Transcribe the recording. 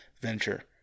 venture